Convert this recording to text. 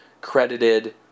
credited